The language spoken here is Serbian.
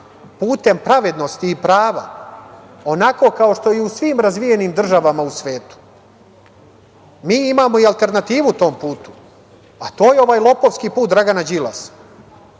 putem pravednosti i prava, onako kao što je u svim razvijenim državama u svetu. Mi imamo i alternativu tom putu, a to je ovaj lopovsku put Dragana Đilasa.